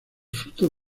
fruto